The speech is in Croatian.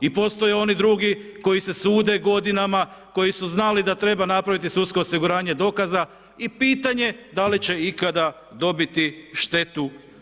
I postoje oni drugi, koji se sude godinama, koji su znali da treba napraviti sudsko osiguranje dokaza i pitanje da li će ikada dobiti štetu.